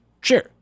Sure